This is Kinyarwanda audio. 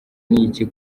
n’iki